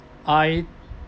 I